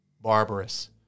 barbarous